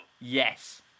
Yes